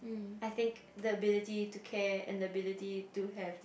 I think the ability to care and the ability to have